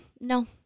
No